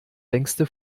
längste